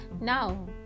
Now